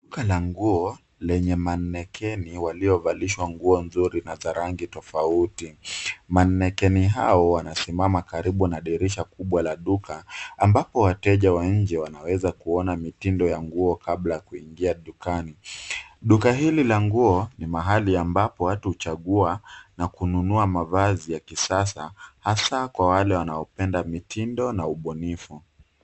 Duka la nguo lenye manekeni waliovalishwa nguo nzuri na za rangi tofauti. Manekeni hao wanasimama karibu na dirisha kubwa la duka ambapo wateja wa nje wanaweza kuona mitindo ya nguo kabla ya kuingia dukani. Duka hili la nguo ni mahali ambapo huchagua na kununua mavazi ya kisasa hasa kwa wale wanaopenda mitindo na ubunifu.